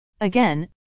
Again